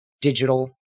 digital